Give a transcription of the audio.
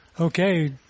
Okay